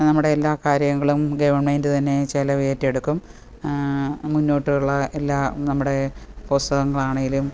നമ്മുടെ എല്ലാ കാര്യങ്ങളും ഗവൺമേൻ്റ് തന്നെ ചിലവേറ്റെടുക്കും മുന്നോട്ടുള്ള എല്ലാ നമ്മുടെ പുസ്തകങ്ങളാണെങ്കിലും